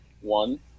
One